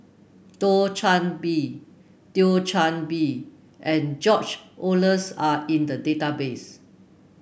Thio Chan Bee Thio Chan Bee and George Oehlers are in the database